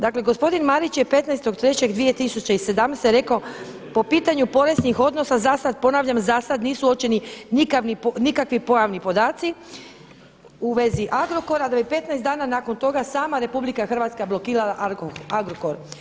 Dakle gospodin Marić je 15.3.2017. rekao po pitanju poreznih odnose za sad, ponavljam za sad nisu uočeni nikakvi pojavni podaci u vezi Agrokora, da bi 15 dana nakon toga sama RH blokirala Agrokor.